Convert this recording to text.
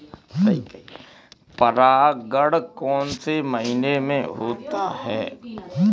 परागण कौन से महीने में होता है?